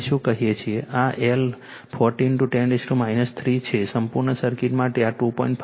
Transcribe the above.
આ L 40 10 3 છે સંપૂર્ણ સર્કિટ માટે આ 2